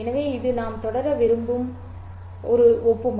எனவே இது நாம் தொடர விரும்பும் ஒப்புமை